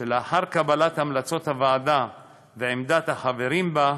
שלאחר קבלת המלצות הוועדה ועמדת החברים בה,